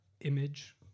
image